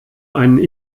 einen